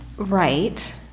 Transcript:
Right